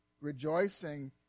rejoicing